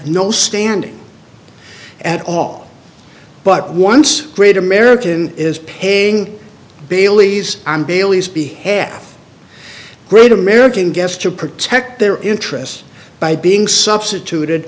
no standing at all but once great american is paying bailey's on bailey's behead the great american guest to protect their interests by being substituted